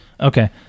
Okay